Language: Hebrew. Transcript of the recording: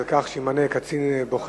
על כך שימונה קצין בוחן,